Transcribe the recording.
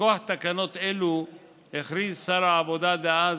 מכוח תקנות אלו הכריז שר העבודה דאז